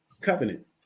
covenant